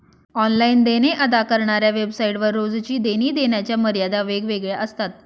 online देणे अदा करणाऱ्या वेबसाइट वर रोजची देणी देण्याच्या मर्यादा वेगवेगळ्या असतात